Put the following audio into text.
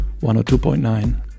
102.9